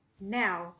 now